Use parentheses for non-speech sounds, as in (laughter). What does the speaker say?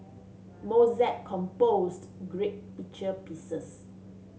Mozart composed great (unintelligible) pieces